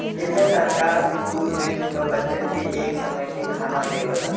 इम्मे सरकार स्कूल मे सब बच्चन के एक समय के खाना देवला